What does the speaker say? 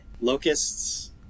Locusts